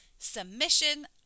submission